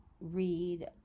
read